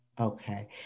okay